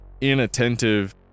inattentive